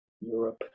Europe